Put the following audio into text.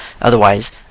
otherwise